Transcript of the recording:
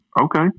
Okay